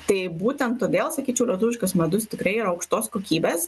tai būtent todėl sakyčiau lietuviškas medus tikrai yra aukštos kokybės